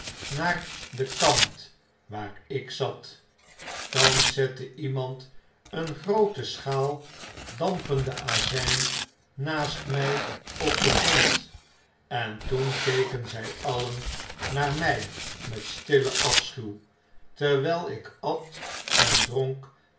naar den kant waar ik zat thans zette iemand een groote schaal dampenden asyn naast mij op den grond en toen keken zy alien naar my met stillen afschuw terwyl ik at en dronk